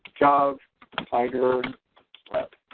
gov tiger web.